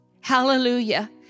Hallelujah